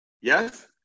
Yes